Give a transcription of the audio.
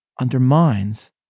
undermines